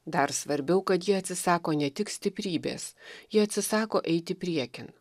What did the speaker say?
dar svarbiau kad ji atsisako ne tik stiprybės ji atsisako eiti priekin